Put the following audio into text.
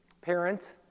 Parents